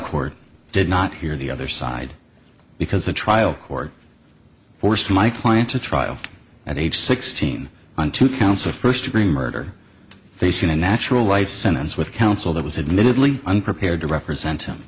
court did not hear the other side because the trial court forced my client to trial at age sixteen on two counts of first degree murder facing a natural life sentence with counsel that was admittedly unprepared to represent